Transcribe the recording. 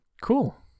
cool